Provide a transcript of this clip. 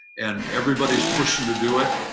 and everybody's pushing to do it.